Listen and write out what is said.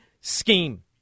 scheme